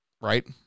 Right